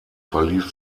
verlief